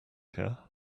here